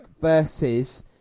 versus